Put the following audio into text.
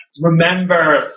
remember